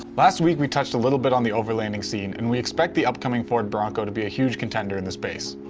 last week, we touched a little bit on the overlanding scene and we expect the upcoming ford bronco to be a huge contender in the space.